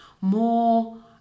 more